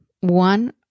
one